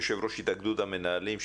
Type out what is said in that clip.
יו"ר התאגדות המנהלים,